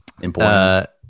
Important